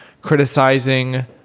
criticizing